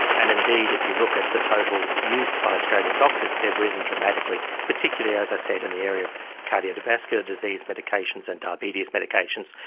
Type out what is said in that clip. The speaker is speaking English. and indeed if you look at the total use by australian doctors they have risen dramatically, particularly, as i said, in the area of cardiovascular disease medications and diabetes medications.